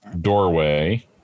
Doorway